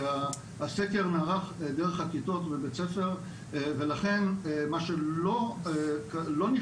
כי הסקר נערך דרך הכיתות בבית ספר ולכן מה שלא נכלל